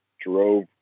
drove